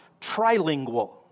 trilingual